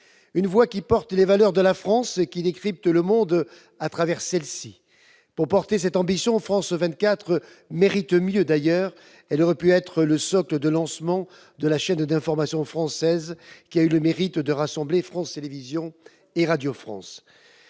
Cette voix porte les valeurs de la France et décrypte le monde à travers elles. Pour porter cette ambition, France 24 mérite mieux. Elle aurait d'ailleurs pu être le socle de lancement de la chaîne d'information française qui a eu le mérite de rassembler France Télévisions et Radio France.